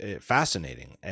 fascinating